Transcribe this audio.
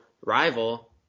rival